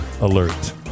alert